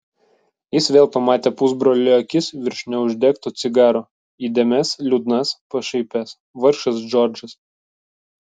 jis vėl pamatė pusbrolio akis virš neuždegto cigaro įdėmias liūdnas pašaipias vargšas džordžas